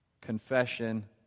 confession